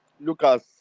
Lucas